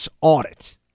audit